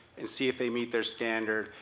and see if they meet their standard,